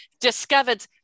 discovered